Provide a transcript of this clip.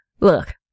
Look